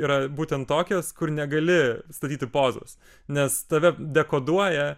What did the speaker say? yra būtent tokios kur negali statyti pozos nes tave dekoduoja